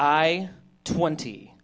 i twenty